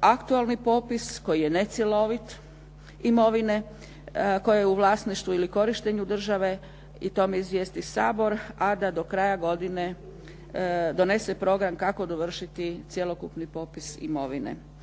aktualni popis koji je necjelovit imovine, koji je u vlasništvu i korištenju države i to izvijesti Sabor, a da do kraja godine donese program kako dovršiti cjelokupni popis imovine.